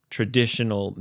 traditional